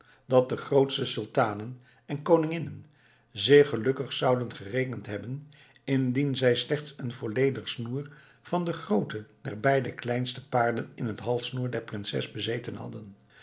dat de grootste sultanen en koninginnen zich gelukkig zouden gerekend hebben indien zij slechts een volledig snoer van de grootte der beide kleinste paarlen in het halssnoer der prinses bezeten hadden